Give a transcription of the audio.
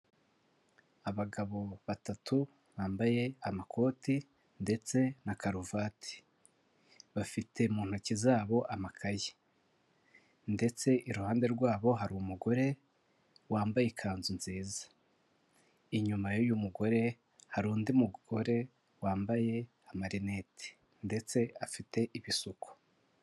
Abagabo batatu bambaye amakoti ndetse na karuvati, bafite mu ntoki zabo amakaye, ndetse iruhande rwabo hari umugore wambaye ikanzu nziza. Inyuma y'uyu mugore hari undi mugore wambaye amarineti ndetse afite ibisuko.